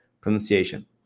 pronunciation